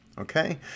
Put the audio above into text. Okay